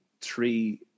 three